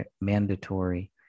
mandatory